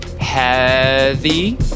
heavy